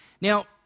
Now